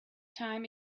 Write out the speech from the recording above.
time